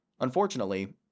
Unfortunately